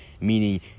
Meaning